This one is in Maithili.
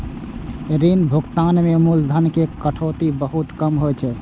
ऋण भुगतान मे मूलधन के कटौती बहुत कम होइ छै